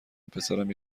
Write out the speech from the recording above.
پسرم